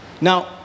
now